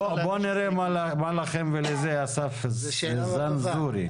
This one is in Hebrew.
אסף זנזורי.